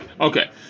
Okay